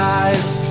eyes